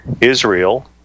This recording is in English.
Israel